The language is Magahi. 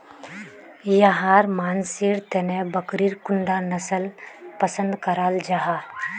याहर मानसेर तने बकरीर कुंडा नसल पसंद कराल जाहा?